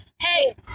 Hey